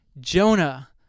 Jonah